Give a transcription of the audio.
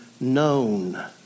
known